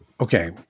Okay